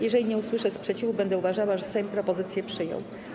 Jeżeli nie usłyszę sprzeciwu, będę uważała, że Sejm propozycje przyjął.